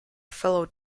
fellow